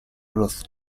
ruth